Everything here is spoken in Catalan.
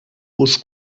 uns